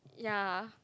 ya